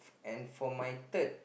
and for my third